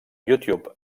youtube